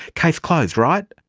case closed, right?